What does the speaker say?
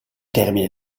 termine